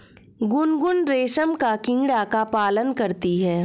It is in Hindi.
गुनगुन रेशम का कीड़ा का पालन करती है